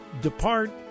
depart